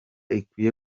ikwiye